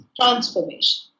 transformation